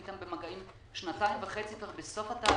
אתו במגעים שנתיים וחצי ואנחנו בסוף התהליך.